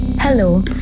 Hello